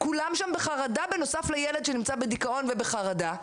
כולם שם בחרדה בנוסף לילד שנמצא בדיכאון ובחרדה,